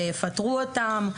שיפטרו אותם.